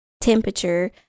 temperature